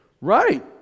Right